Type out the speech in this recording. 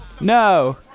No